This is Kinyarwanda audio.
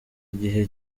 igihe